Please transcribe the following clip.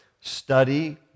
study